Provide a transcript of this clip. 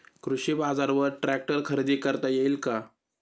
कृषी बाजारवर ट्रॅक्टर खरेदी करता येईल का?